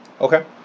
okay